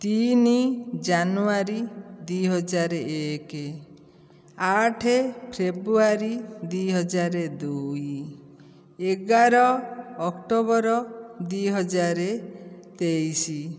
ତିନି ଜାନୁଆରୀ ଦୁଇ ହଜାର ଏକ ଆଠ ଫେବୃଆରୀ ଦୁଇ ହଜାର ଦୁଇ ଏଗାର ଅକ୍ଟୋବର ଦୁଇ ହଜାର ତେଇଶ